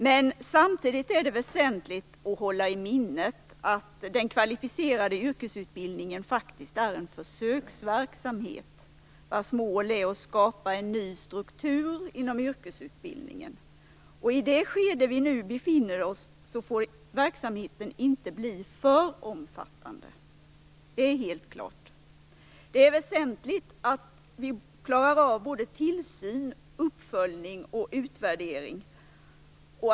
Men samtidigt är det väsentligt att hålla i minnet att den kvalificerade yrkesutbildningen faktiskt är en försöksverksamhet, vars mål är att skapa en ny struktur inom yrkesutbildningen. I det skede vi nu befinner oss i får verksamheten inte bli för omfattande. Det är helt klart. Det är väsentligt att vi klarar av tillsyn, uppföljning och utvärdering.